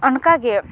ᱚᱱᱠᱟ ᱜᱮ